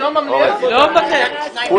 לא מוותר.